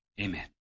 Amen